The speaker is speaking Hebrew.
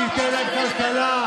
שייתן להם כלכלה,